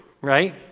right